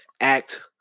act